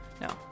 No